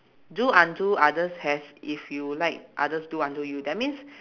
do unto others as if you like others do unto you that means